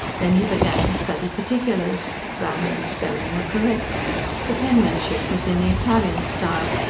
then he began to study particulars grammar and spelling were correct the penmanship was in the italian style,